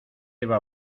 iba